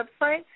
website